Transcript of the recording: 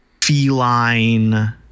feline